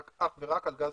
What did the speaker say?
אך ורק על גז